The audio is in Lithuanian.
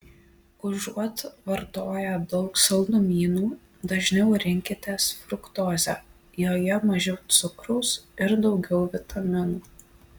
užuot vartoję daug saldumynų dažniau rinkitės fruktozę joje mažiau cukraus ir daugiau vitaminų